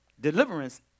Deliverance